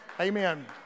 Amen